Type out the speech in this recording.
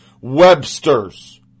Websters